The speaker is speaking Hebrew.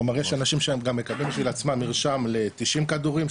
כלומר יש אנשים שהם גם מקבלים בשביל עצמם מרשם ל-90 כדורים,